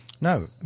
No